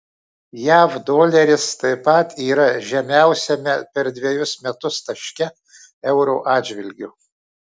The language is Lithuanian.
jav doleris taip pat yra žemiausiame per dvejus metus taške euro atžvilgiu